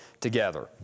together